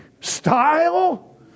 Style